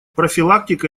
профилактика